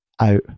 out